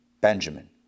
Benjamin